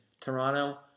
Toronto